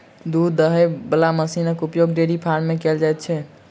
दूध दूहय बला मशीनक उपयोग डेयरी फार्म मे कयल जाइत छै